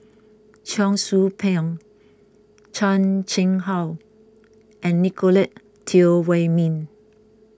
Cheong Soo Pieng Chan Chang How and Nicolette Teo Wei Min